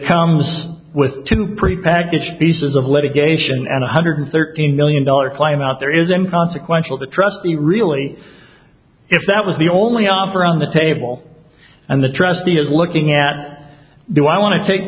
comes with two prepackaged pieces of litigation and a hundred thirteen million dollar climb out there isn't consequential to trust the really if that was the only offer on the table and the trustee is looking at do i want to take